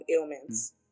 ailments